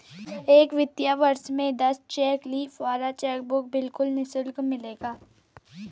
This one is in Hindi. एक वित्तीय वर्ष में दस चेक लीफ वाला चेकबुक बिल्कुल निशुल्क मिलेगा